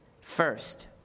First